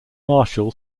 marshall